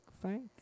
Frank